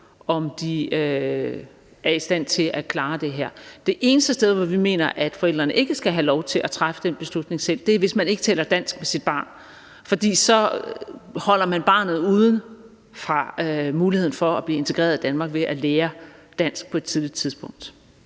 om de er i stand til at klare det her. Det eneste tilfælde, hvor vi mener at forældrene ikke skal have lov til at træffe den beslutning selv, er, hvis man ikke taler dansk med sit barn, for så holder man barnet ude fra muligheden for at blive integreret i Danmark ved at lære dansk på et tidligt tidspunkt.